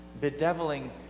bedeviling